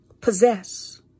Possess